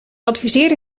adviseerde